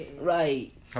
Right